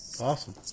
Awesome